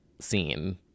scene